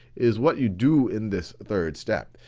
is what you do in this third step,